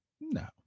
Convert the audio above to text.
No